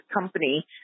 company